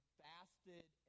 fasted